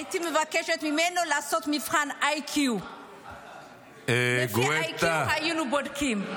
הייתי מבקשת ממנו לעשות מבחן IQ. לפי ה-IQ היינו בודקים.